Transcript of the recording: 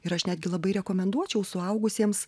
ir aš netgi labai rekomenduočiau suaugusiems